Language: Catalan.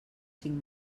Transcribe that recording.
cinc